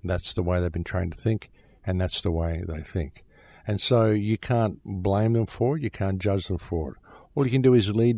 and that's the why they've been trying to think and that's the way that i think and so you can't blame them for you can't judge them for what you can do is l